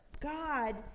God